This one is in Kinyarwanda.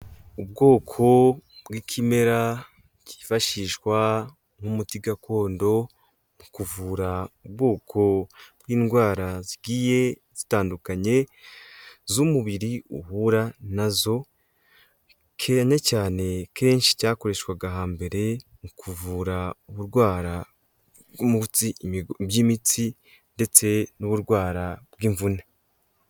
Ubwoko bw'ikimera cyifashishwa nk'umuti gakondo mu kuvura ubwoko bw'indwara zigiye zitandukanye, z'umubiri uhura nazocyane cyane kenshi cyakoreshwaga hambere mu kuvura uburwayi bw'imitsi ndetse n'uburwara bw'imvune.